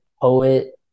poet